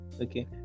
Okay